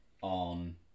on